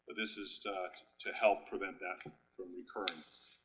this is to help prevent that from occurring.